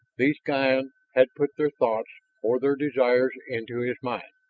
these ga-n had put their thoughts or their desires into his mind.